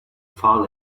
far